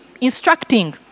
instructing